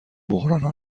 بحرانها